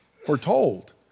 foretold